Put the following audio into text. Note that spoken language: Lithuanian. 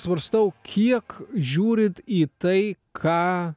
svarstau kiek žiūrit į tai ką